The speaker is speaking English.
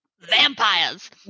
Vampires